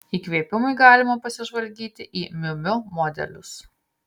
įkvėpimui galima pasižvalgyti į miu miu modelius